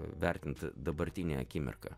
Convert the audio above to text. vertinti dabartinę akimirką